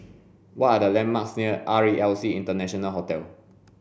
what are the landmarks near R E L C International Hotel